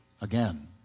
again